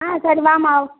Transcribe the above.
ஆ சரி வாம்மா